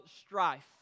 strife